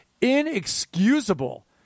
inexcusable